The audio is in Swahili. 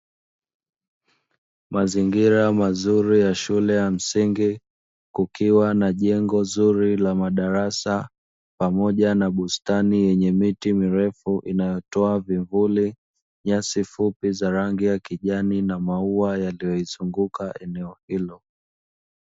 Mazingira mazuri ya shule ya msingi kukiwa na jengo zuri, madarasa pamoja na bustani yenye miti mirefu, inayotowa vivuli, nyasi fupi za rangi ya kijani na maua yaliyoizunguka eneo hilo.